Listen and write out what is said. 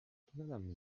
pogadamy